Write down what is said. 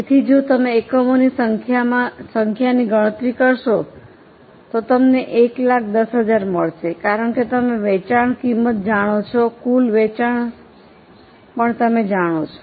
તેથી જો તમે એકમોની સંખ્યાની ગણતરી કરશો તો તમને 110000 મળશે કારણ કે તમે વેચાણ કિંમત જાણો છો કુલ વેચાણ પણ તમે જાણો છો